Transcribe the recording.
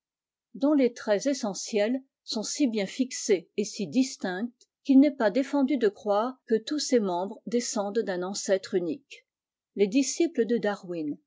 dont les traits essentiels sont si bien fixés et si distincts qu'il n'est pas défendu de croire que tous ses membres descendent d'un ancêtre unique les disciples de darwin